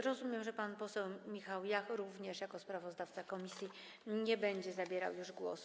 Rozumiem, że pan poseł Michał Jach również jako sprawozdawca komisji nie będzie zabierał już głosu.